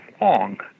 long